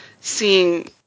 seeing